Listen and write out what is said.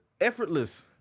effortless